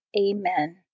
Amen